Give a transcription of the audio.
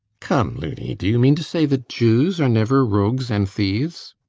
come, loony! do you mean to say that jews are never rogues and thieves?